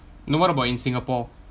no what about in singapore